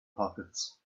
pockets